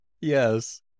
Yes